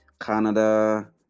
Canada